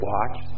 Watch